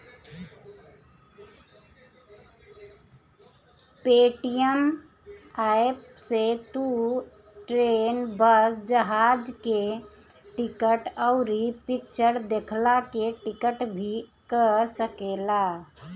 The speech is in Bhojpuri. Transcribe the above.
पेटीएम एप्प से तू ट्रेन, बस, जहाज के टिकट, अउरी फिक्चर देखला के टिकट भी कअ सकेला